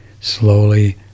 slowly